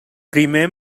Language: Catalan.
primer